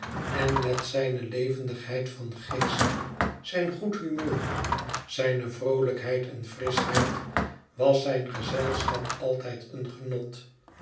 en met zijne levendigheid van geest zijn goed humeur zijne vroolijkheid en frischheid was zijn gezelschap altijd een genot